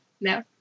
No